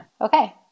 okay